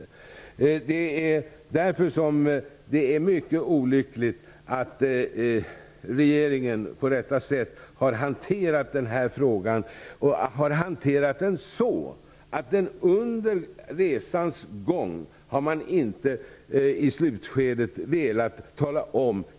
Därför är regeringens sätt att hantera frågan mycket olycklig. Man har inte velat tala om hur man har agerat under resans gång och i slutskedet.